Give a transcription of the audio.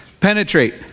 Penetrate